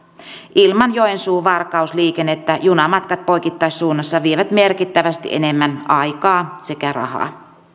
ilman joensuu varkaus liikennettä junamatkat poikittaissuunnassa vievät merkittävästi enemmän aikaa sekä rahaa